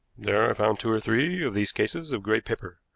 there i found two or three of these cases of gray paper.